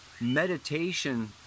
meditation